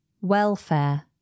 Welfare